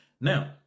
now